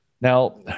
Now